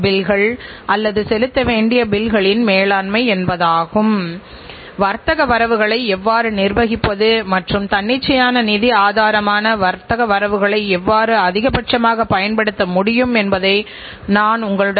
எனவே நீங்கள் இந்த எல்லாவற்றையும் செய்கிறீர்கள் என்றால் நீங்கள் ஒரு தரமான உணர்வுள்ள அமைப்பு மற்றும் வாடிக்கையாளரின்தேவைகள்குறித்து கவனமாக இருக்கிறீர்கள் என்று அர்த்தம்